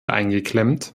eingeklemmt